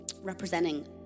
representing